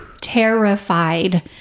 terrified